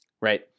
Right